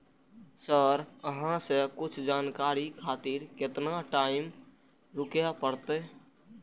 Sir अहाँ से कुछ जानकारी खातिर केतना टाईम रुके परतें?